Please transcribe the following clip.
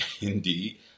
Indeed